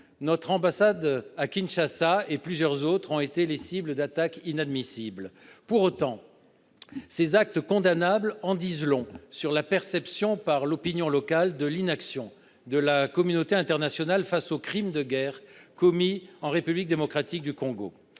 notre ambassade et plusieurs autres ont été les cibles d’attaques inadmissibles. Ces actes condamnables en disent long sur la perception par l’opinion locale de l’inaction de la communauté internationale face aux crimes de guerre commis en République démocratique du Congo.